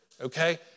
okay